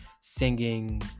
singing